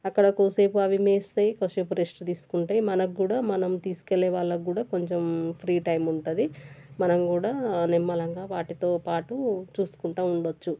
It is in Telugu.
అక్కడ కాసేపు అవి మేస్తాయి కాసేపు రెస్ట్ తీసుకుంటాయి మనకి కూడా మనం తీసుకెళ్ళే వాళ్ళకి కూడా కొంచెం ఫ్రీ టైం ఉంటుంది మనం కూడా నిమ్మళంగా వాటితో పాటు చూసుకుంటూ ఉండొచ్చు